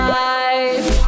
life